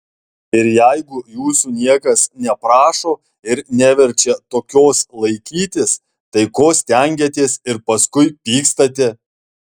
ir jeigu jūsų niekas neprašo ir neverčia tokios laikytis tai ko stengiatės ir paskui pykstate